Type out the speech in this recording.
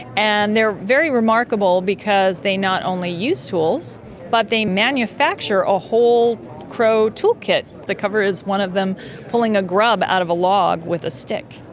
and they are very remarkable because they not only use tools but they manufacture a whole crow toolkit. the cover is one of them pulling a grub out of a log with a stick.